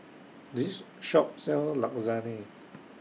This Shop sells Lasagne